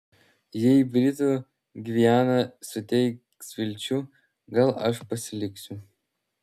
jei britų gviana suteiks vilčių gal aš pasiliksiu